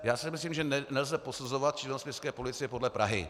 Já si myslím, že nelze posuzovat činnost městské policie podle Prahy.